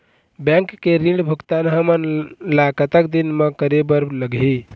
Bank के ऋण भुगतान हमन ला कतक दिन म करे बर लगही?